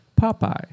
Popeye